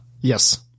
Yes